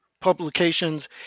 publications